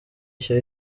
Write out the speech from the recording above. nshya